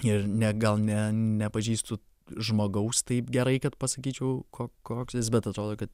ir ne gal ne nepažįstu žmogaus taip gerai kad pasakyčiau ko koks jis bet atrodo kad